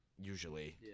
usually